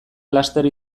laster